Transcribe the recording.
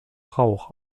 rauch